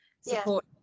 support